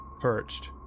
perched